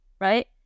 right